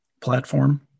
platform